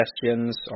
suggestions